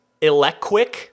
Electquick